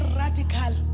radical